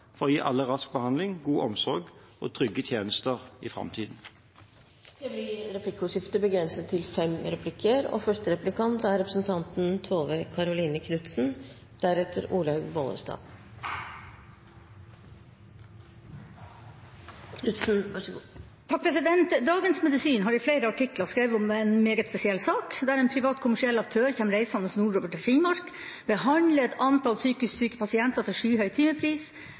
for å gi alle rask behandling, god omsorg og trygge tjenester i fremtiden. Det blir replikkordskifte. «Dagens Medisin» har i flere artikler skrevet om en meget spesiell sak, der en privat, kommersiell aktør kommer reisende nordover til Finnmark, behandler et antall psykisk syke pasienter til skyhøy timepris,